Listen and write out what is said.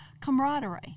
camaraderie